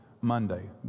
Monday